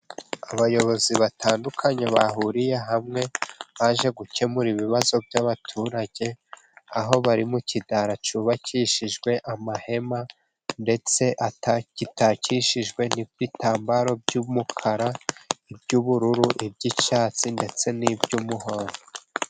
Abayobozi batandukanye bahuriye hamwe baje gukemura ibibazo by'abaturage, aho bari mu kidara cyubakishijwe amahema, ndetse gitakishijwe n'ibitambaro by'umukara, iby'ubururu, iby'icyatsi, ndetse n'iby'umuhondo.